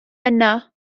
yna